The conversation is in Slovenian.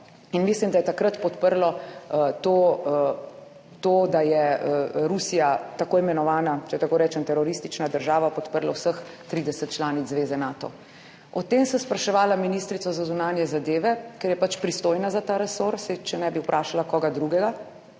in mislim, da je takrat podprlo to, da je Rusija, tako imenovana, če tako rečem, teroristična država, podprla vseh 30 članic Zveze Nato. O tem sem spraševala ministrico za zunanje zadeve, ker je pač pristojna za ta resor. Saj če ne, bi vprašala koga drugega,